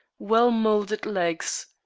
well-moulded legs.